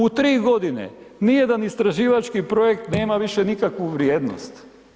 U 3 godine nijedan istraživački projekt nema više nikakvu vrijednost.